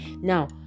Now